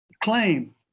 Claim